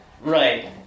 Right